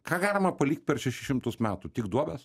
ką galima palikt per šešis šimtus metų tik duobes